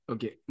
Okay